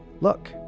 Look